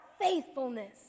faithfulness